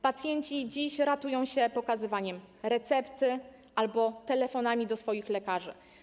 Pacjenci dziś ratują się pokazywaniem recepty albo telefonami do swoich lekarzy.